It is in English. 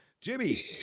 Jimmy